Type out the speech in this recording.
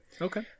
Okay